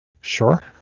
Sure